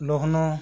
Lucknow